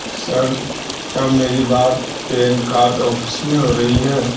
سر کیا میری بات پین کارڈ آفس میں ہو رہی ہے